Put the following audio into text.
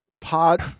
Pod